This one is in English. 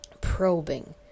probing